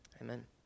Amen